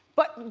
but